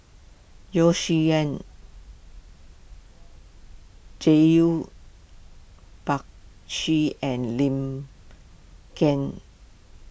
Yeo Shih Yun Prakash and Lim Kiang